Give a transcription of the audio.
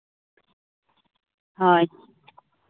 ᱦᱳᱭ